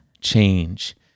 Change